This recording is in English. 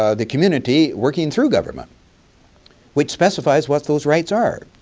ah the community working through government which specifies what those rights are,